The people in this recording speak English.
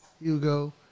Hugo